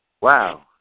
wow